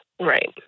Right